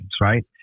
right